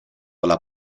alla